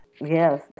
yes